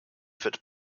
that